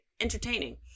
Entertaining